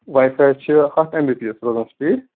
واے فایس چھِ ہَتھ M B P S روزان سُپیٖڈ